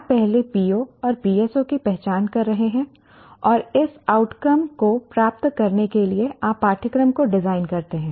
आप पहले PO और PSO की पहचान कर रहे हैं और इस आउटकम्स को प्राप्त करने के लिए आप पाठ्यक्रम को डिजाइन करते हैं